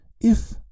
If